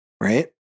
right